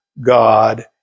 God